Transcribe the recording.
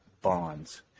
bonds